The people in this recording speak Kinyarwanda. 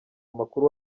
amakuru